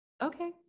okay